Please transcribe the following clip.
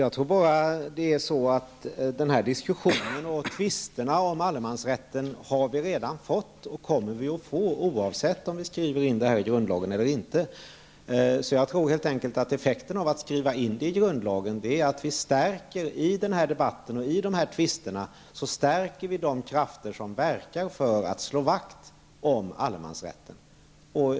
Fru talman! Diskussionen om tvisterna om allemansrätten har vi redan fått och kommer att få oavsett om den skrivs in i grundlagen eller ej. Effekterna av att skriva in allemansrätten i grundlagen är att vi i debatten och tvisterna stärker de krafter som verkar för att slå vakt om allemansrätten.